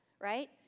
right